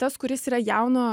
tas kuris yra jauno